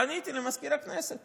פניתי למזכיר הכנסת